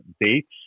dates